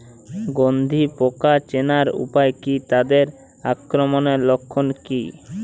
গন্ধি পোকা চেনার উপায় কী তাদের আক্রমণের লক্ষণ কী?